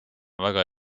väga